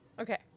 Okay